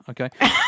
Okay